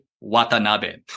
Watanabe